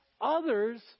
others